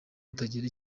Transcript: utagira